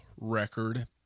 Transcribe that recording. record